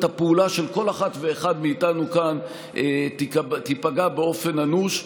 הפעולה של כל אחד ואחת מאיתנו כאן תיפגע באופן אנוש.